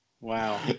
Wow